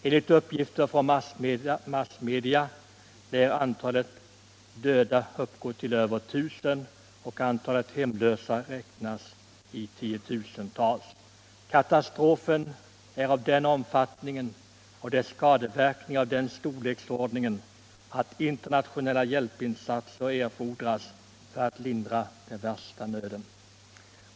Enligt uppgifter från massmedia uppgår antalet döda till över 1000 och räknas antalet hemlösa i 10 000-tal. Katastrofen är av den omfattningen och dess skadeverkningar av den storleksordningen att internationella hjälpinsatser erfordras för att lindra den värsta nöden.